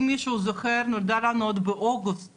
אם מישהו זוכר, נולדה עוד באוגוסט